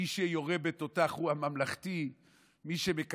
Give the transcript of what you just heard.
מי שיורה בתותח הוא הממלכתי,